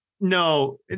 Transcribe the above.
No